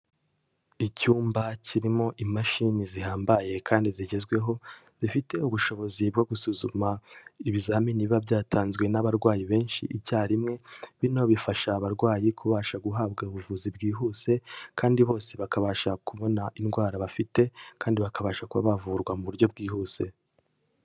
Icyumba kirimo imashini zihambaye kandi zigezweho, zifite ubushobozi bwo gusuzuma ibizamini biba byatanzwe n'abarwayi benshi icyarimwe, bino bifasha abarwayi kubasha guhabwa ubuvuzi bwihuse kandi bose bakabasha kubona indwara bafite kandi bakabasha kuba bavurwa mu buryo bwihuse.